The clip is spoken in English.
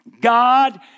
God